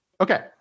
Okay